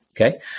Okay